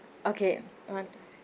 okay one